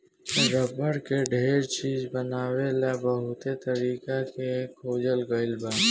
rubber से ढेर चीज बनावे ला बहुते तरीका के खोजल गईल बा